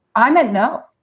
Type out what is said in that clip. i'm and no,